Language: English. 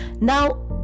now